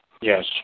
Yes